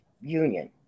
union